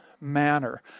manner